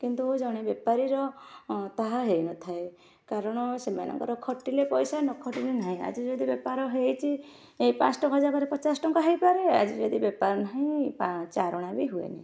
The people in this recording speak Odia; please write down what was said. କିନ୍ତୁ ଜଣେ ବେପାରୀର ତାହା ହେଇନଥାଏ କାରଣ ସେମାନଙ୍କର ଖଟିଲେ ପଇସା ନ ଖଟିଲେ ନାହିଁ ଆଜି ଯଦି ବେପାର ହେଇଛି ଏ ପାଞ୍ଚ ଟଙ୍କା ଜାଗାରେ ପଚାଶ ଟଙ୍କା ହୋଇପାରେ ଆଜି ଯଦି ବେପାର ନାହିଁ ଚାରଣା ବି ହୁଏନି